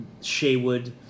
Sheawood